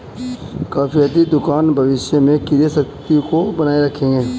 किफ़ायती दुकान भविष्य में क्रय शक्ति को बनाए रखेगा